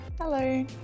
Hello